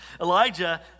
Elijah